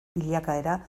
bilakaera